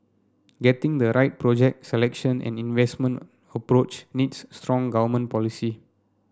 getting the right project selection and investment approach needs strong government policy